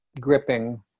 gripping